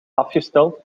afgesteld